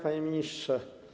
Panie Ministrze!